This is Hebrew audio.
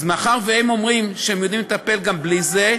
אז מאחר שהם אומרים שהם יודעים לטפל גם בלי זה,